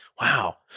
Wow